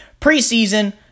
preseason